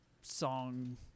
song